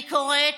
אני קוראת